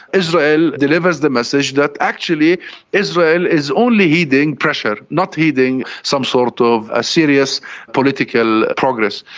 israel delivers the message that actually israel is only heeding pressure, not heeding some sort of a serious political progress.